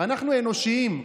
אנחנו אנושיים.